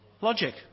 logic